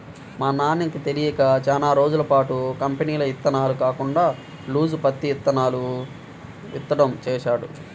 మా నాన్నకి తెలియక చానా రోజులపాటు కంపెనీల ఇత్తనాలు కాకుండా లూజు పత్తి ఇత్తనాలను విత్తడం చేశాడు